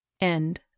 End